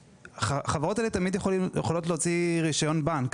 החברות האלה תמיד יכולות להוציא רישיון בנק.